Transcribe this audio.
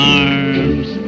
arms